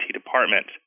department